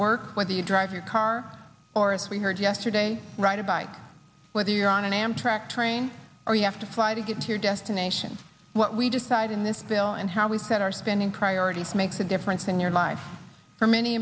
work with you drive your car or as we heard yesterday right a bike whether you're on an amtrak train or you have to fly to get to your destination what we decide in this bill and how we set our spending priorities makes a difference in your life for many